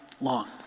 long